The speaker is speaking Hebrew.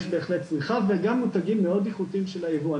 אז יש בהחלט צריכה וגם מותגים מאוד איכותיים של הייבוא.